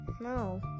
No